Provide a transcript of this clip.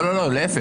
לא, להפך.